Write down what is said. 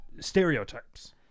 stereotypes